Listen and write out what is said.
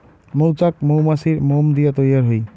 মৌচাক মৌমাছির মোম দিয়া তৈয়ার হই